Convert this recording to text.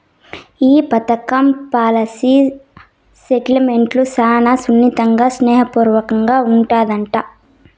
ఈ పదకం policy settlement శానా సున్నితంగా, స్నేహ పూర్వకంగా ఉండాదట